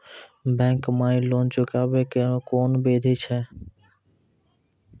Bank माई loan चुकाबे के कोन बिधि छै?